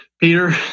Peter